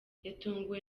yatunguwe